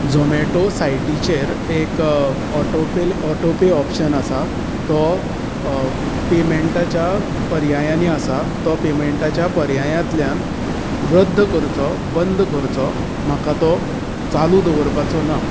झोमेटो सायटीचेर एक ऑटोपेल ऑटोपे ऑपशन आसा तो पेमेंटाच्या पर्यायांनी आसा तो पेमेंटाच्या पर्यायांतल्यान रद्द करचो बंद करचो म्हाका तो चालू दवरपाचो ना